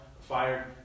fired